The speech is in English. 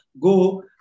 go